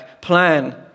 plan